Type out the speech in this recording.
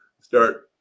start